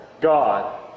God